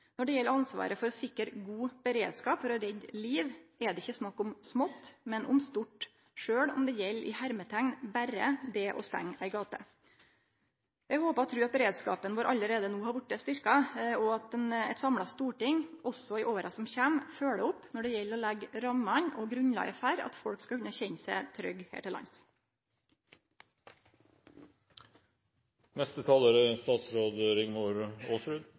Når det gjeld ansvaret for sikker og god beredskap for å redde liv, er det ikkje snakk om smått, men om stort, sjølv om det gjeld «berre» det å stengje ei gate. Eg håpar og trur at beredskapen vår allereie no har vorte styrkt, og at eit samla storting også i åra som kjem, følgjer opp når det gjeld å leggje rammene og grunnlaget for at folk skal kunne kjenne seg trygge her til